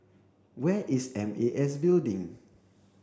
where is M A S Building